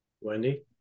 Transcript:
Wendy